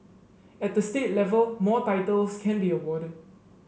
at the state level more titles can be awarded